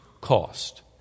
cost